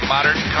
Modern